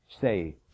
say